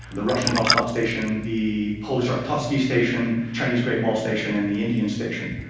the russian vostok station, the polish arctowski station, chinese great wall station, and the indian station.